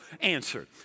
answer